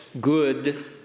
good